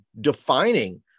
defining